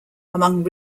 among